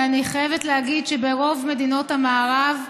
ואני חייבת להגיד שברוב מדינות המערב,